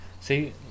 see